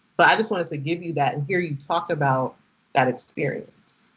but i just wanted to give you that. and hear you talk about that experience.